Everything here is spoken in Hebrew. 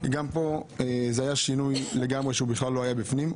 גם פה היה שינוי לגמרי שלא היה בפנים,